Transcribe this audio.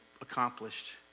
accomplished